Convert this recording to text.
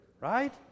right